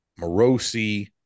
Morosi